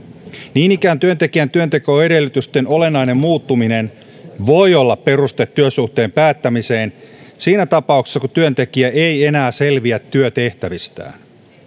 niin ikään työntekijän työntekoedellytysten olennainen muuttuminen voi olla peruste työsuhteen päättämiseen siinä tapauksessa kun työntekijä ei enää selviä työtehtävistään